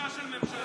בושה של ממשלה.